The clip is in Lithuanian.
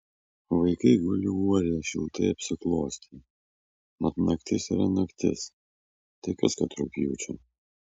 vaikai guli uorėje šiltai apsiklostę mat naktis yra naktis tai kas kad rugpjūčio